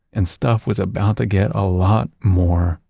and stuff was about to get a lot more,